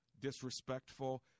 disrespectful